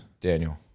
Daniel